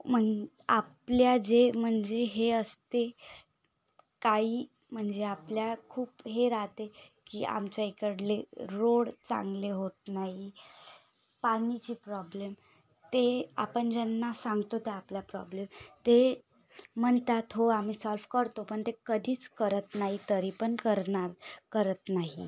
म्ह आपल्या जे म्हणजे हे असते काही म्हणजे आपल्या खूप हे राहते की आमच्या इकडले रोड चांगले होत नाही पाणीचे प्रॉब्लेम ते आपण ज्यांना सांगतो ते आपला प्रॉब्लेम ते म्हणतात हो आम्ही सॉल्व करतो पण ते कधीच करत नाही तरी पण करणार करत नाही